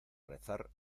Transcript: rezar